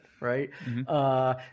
right